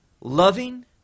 loving